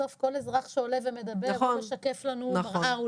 בסוף כל אזרח שעולה ומדבר משקף לנו מראה.